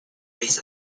base